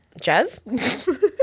jazz